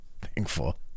thankful